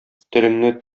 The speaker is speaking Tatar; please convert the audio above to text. телеңне